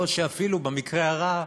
או שאפילו, במקרה הרע,